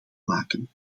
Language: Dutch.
maken